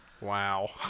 Wow